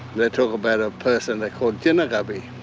they talk about a person they call jindababy,